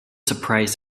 surprised